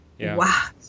wow